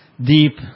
deep